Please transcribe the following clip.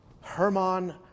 Hermann